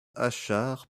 achard